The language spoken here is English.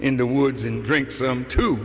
in the woods and drink some too